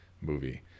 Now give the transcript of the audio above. movie